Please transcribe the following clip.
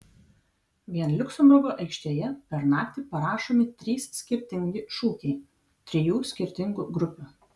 vien liuksemburgo aikštėje per naktį parašomi trys skirtingi šūkiai trijų skirtingų grupių